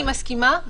אני מסכימה,